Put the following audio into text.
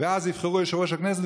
ואז יבחרו את יושב-ראש הכנסת,